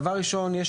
דבר ראשון,